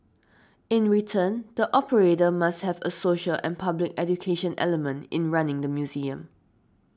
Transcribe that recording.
in return the operator must have a social and public education element in running the museum